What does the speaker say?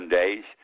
days